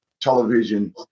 television